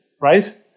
right